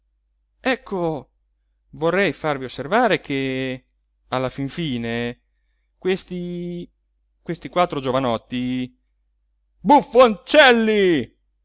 ecco vorrei farvi osservare che alla fin fine questi questi quattro giovanotti